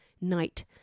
night